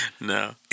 No